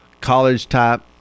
college-type